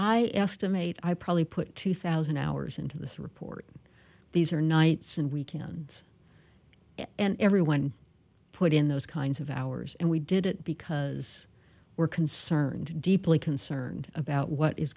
i estimate i probably put two thousand hours into this report these are nights and weekends and everyone put in those kinds of hours and we did it because we're concerned deeply concerned about what is